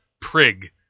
prig